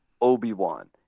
Obi-Wan